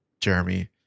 Jeremy